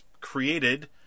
created